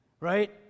right